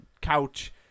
couch